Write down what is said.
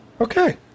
Okay